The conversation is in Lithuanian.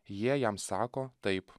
jie jam sako taip